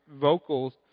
vocals